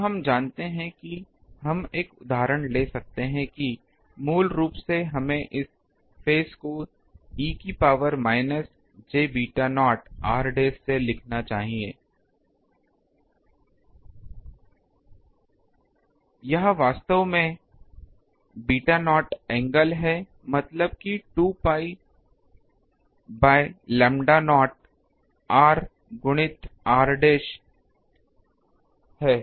तो हम जानते हैं कि हम एक उदाहरण ले सकते हैं कि मूल रूप से हमें इस फेज को e की power minus j beta naught r dash से लिखना चाहिए यह वास्तव में बीटानॉट एंगल है मतलब कि 2 pi बाय लैम्ब्डा नॉटआर गुणित r डैश है